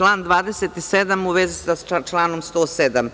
Član 27. u vezi sa članom 107.